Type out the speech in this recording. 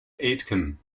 aitken